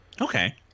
Okay